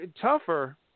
Tougher